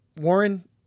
Warren